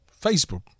Facebook